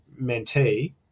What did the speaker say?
mentee